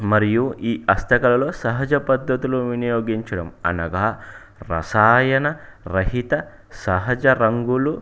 మరియు ఈ హస్తకళలో సహజ పద్ధతులు వినియోగించడం అనగా రసాయన రహిత సహజ రంగులు